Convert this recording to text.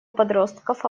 подростков